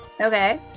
Okay